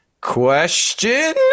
question